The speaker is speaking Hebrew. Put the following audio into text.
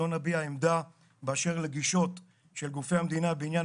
לא נביע עמדה באשר לגישות של גופי המדינה בעניין